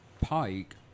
Pike